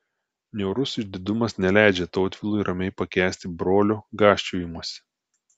niaurus išdidumas neleidžia tautvilui ramiai pakęsti brolio gąsčiojimosi